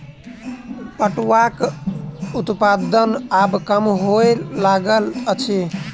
पटुआक उत्पादन आब कम होमय लागल अछि